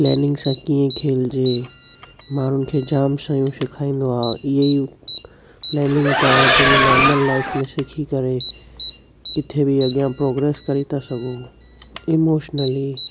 planning सां कीअं खेॾिजे माण्हुनि खे जाम शयूं सेखारींदो आहे इहा ई प्लैनिंग तव्हां पंहिंजे नॉर्मल लाइफ में सिखी करे किथे बि अॻियां प्रोग्रेस करे था सघो इमोशनली